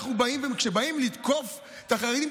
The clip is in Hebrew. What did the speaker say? כשבאים לתקוף את החרדים,